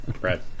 Right